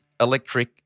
electric